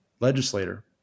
legislator